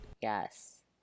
yes